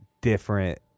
different